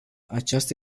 aceasta